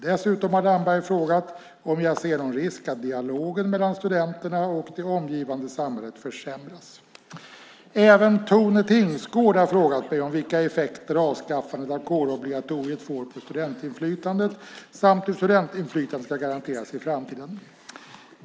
Dessutom har Damberg frågat om jag ser någon risk att dialogen mellan studenterna och det omgivande samhället försämras. Även Tone Tingsgård har frågat mig om vilka effekter avskaffandet av kårobligatoriet får på studentinflytandet samt hur studentinflytandet ska garanteras i framtiden.